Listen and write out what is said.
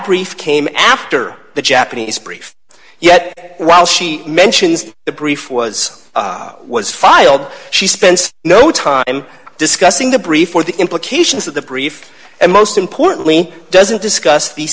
brief came after the japanese brief yet while she mentions the brief was was filed she spends no time discussing the brief or the implications of the brief and most importantly doesn't discuss the